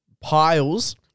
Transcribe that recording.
piles